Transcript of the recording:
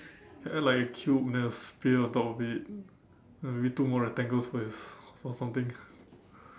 can add like a cube then a spear on top of it then maybe two more rectangles with s~ something